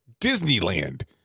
Disneyland